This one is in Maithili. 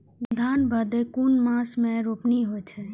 धान भदेय कुन मास में रोपनी होय छै?